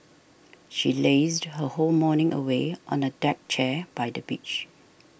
she lazed her whole morning away on a deck chair by the beach